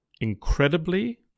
incredibly